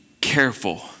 careful